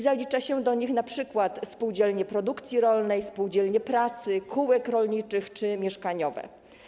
Zalicza się do nich np. spółdzielnie produkcji rolnej, pracy, kółek rolniczych czy mieszkaniowe.